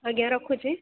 ଆଜ୍ଞା ରଖୁଛି